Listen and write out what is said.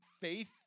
faith